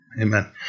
Amen